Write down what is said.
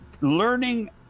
learning